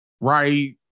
right